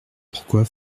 pourquoi